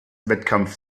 wettkampf